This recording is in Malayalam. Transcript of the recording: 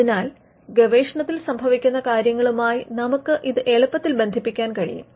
അതിനാൽ ഗവേഷണത്തിൽ സംഭവിക്കുന്ന കാര്യങ്ങളുമായി നമുക്ക് ഇത് എളുപ്പത്തിൽ ബന്ധിപ്പിക്കാൻ കഴിയും